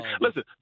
listen